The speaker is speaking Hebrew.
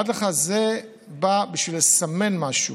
זה בא בשביל לסמן משהו,